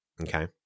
okay